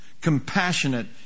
compassionate